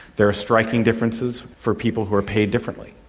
there are striking differences for people who are paid differently,